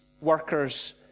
workers